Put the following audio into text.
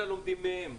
אלא לומדים מהם.